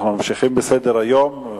אנחנו ממשיכים בסדר-היום.